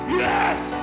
yes